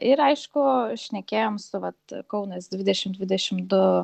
ir aišku šnekėjom su vat kaunas dvidešimt dvidešimt du